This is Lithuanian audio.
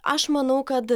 aš manau kad